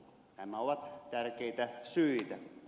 nämä ovat tärkeitä syitä